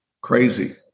crazy